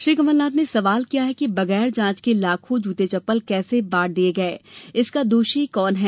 श्री कमलनाथ ने सवाल किया कि बगैर जाँच के लाखों जूते चप्पल कैसे बांट दिए गए इसका दोषी कौन है